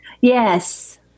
Yes